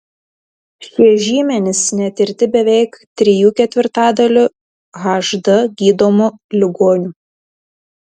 šie žymenys netirti beveik trijų ketvirtadalių hd gydomų ligonių